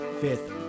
Fifth